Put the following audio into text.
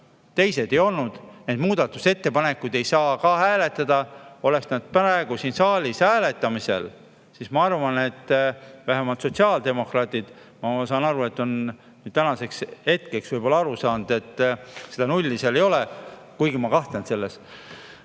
teised ei olnud. Neid muudatusettepanekuid ei saa ka hääletada. Oleks need praegu siin saalis hääletamisel, siis ma arvan, et vähemalt sotsiaaldemokraadid on tänaseks hetkeks aru saanud, et seda nulli seal ei ole. Ma küll kahtlen selles,